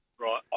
right